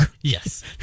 Yes